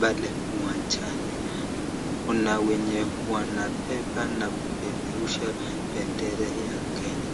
pale uwanjani, kuna wenye wanabeba na kupeperusha bendera ya Kenya.